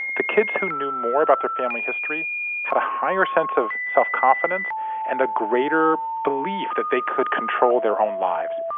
the kids who knew more about their family history had a higher sense of self-confidence and a greater belief that they could control their own lives.